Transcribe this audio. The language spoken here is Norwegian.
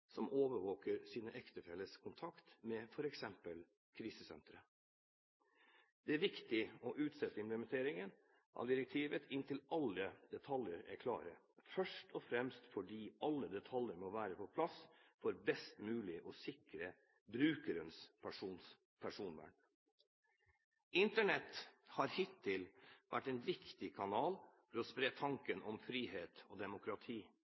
som overvåker sin ektefelles kontakt med f.eks. krisesentre. Det er viktig å utsette implementeringen av direktivet inntil alle detaljer er klare, først og fremst fordi alle detaljer må være på plass for best mulig å sikre brukerens personvern. Internett har hittil vært en viktig kanal for å spre tanken om frihet og demokrati,